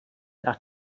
nach